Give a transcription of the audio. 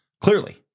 clearly